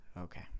Okay